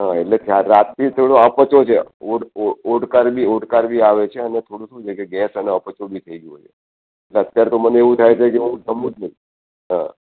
હ એટલે રાતથી થોડો અપચો છે ઓડ ઓડ ઓડકાર બી ઓડકાર બી આવે છે અને થોડું શું છે કે ગેસ અને અપચો બી થઈ ગયો છે એટલે અત્યારે તો મને એવું થાય છે કે હું જમું જ નહી હા